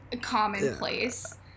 commonplace